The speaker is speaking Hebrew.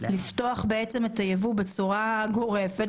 אין בעיה לפתוח את הייבוא בצורה גורפת